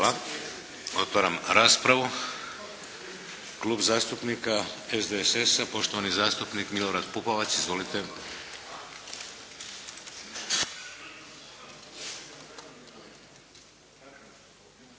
Hvala. Otvaram raspravu. Klub zastupnika SDSS-a poštovani zastupnik Milorad Pupovac. Izvolite.